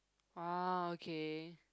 ah okay